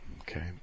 okay